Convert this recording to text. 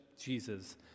Jesus